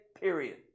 period